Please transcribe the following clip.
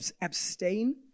abstain